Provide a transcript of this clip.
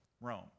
Rome